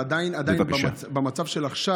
אין בעיה, אבל עדיין, במצב של עכשיו,